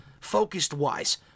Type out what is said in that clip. focused-wise